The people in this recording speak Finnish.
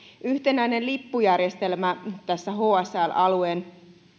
yhtenäinen lippujärjestelmä tässä hsl alueen